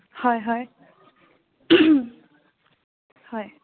হয় হয় হয়